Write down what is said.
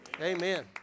Amen